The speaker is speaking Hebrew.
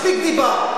מספיק דיברת.